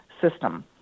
system